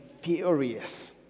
furious